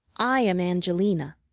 i am angelina,